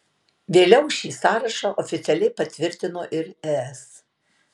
vėliau šį sąrašą oficialiai patvirtino ir es